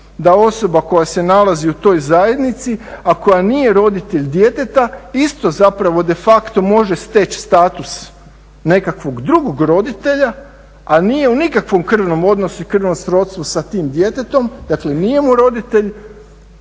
da osoba koja se nalazi u toj zajednici, a koja nije roditelj djeteta isto zapravo de facto može steći status nekakvog drugog roditelja, ali nije u nikakvom krvnom odnosu i krvnom srodstvu s tim djetetom, dakle nije mu roditelj.